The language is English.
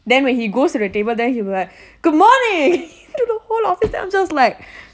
then when he goes to the table then he will be like good morning the whole office I'm just like